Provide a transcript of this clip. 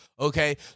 okay